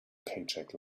paycheck